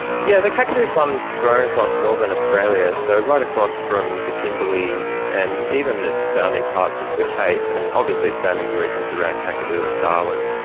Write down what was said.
yeah the kakadu plums grow and across northern australia, so right across from the kimberley and even it's found in parts of the cape, and obviously it's found in the regions around kakadu and darwin.